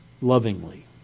lovingly